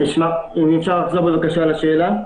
האם אפשר לחזור על השאלה?